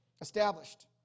established